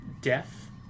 Death